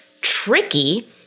tricky